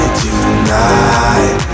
tonight